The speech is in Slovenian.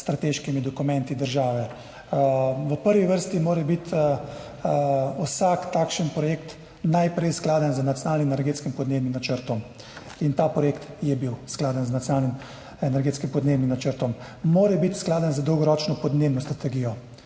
s strateškimi dokumenti države. V prvi vrsti mora biti vsak takšen projekt najprej skladen z nacionalnim energetskim in podnebnim načrtom, in ta projekt je bil skladen z nacionalnim energetskim podnebnim načrtom. Mora biti skladen z dolgoročno podnebno strategijo